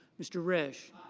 mr. rish